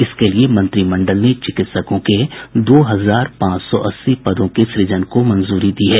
इसके लिए मंत्रिमंडल ने चिकित्सकों के दो हजार पांच सौ अस्सी पदों के सृजन को मंजूरी दी है